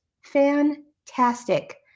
Fantastic